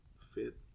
fit